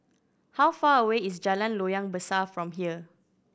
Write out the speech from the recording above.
how far away is Jalan Loyang Besar from here